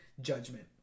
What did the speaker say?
judgment